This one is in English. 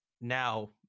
now